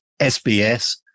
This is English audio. SBS